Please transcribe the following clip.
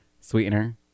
Sweetener